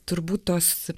turbūt tos